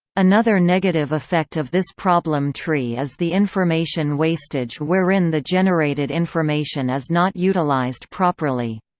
another negative effect of this problem tree is the information wastage wherein the generated information is not utilized properly.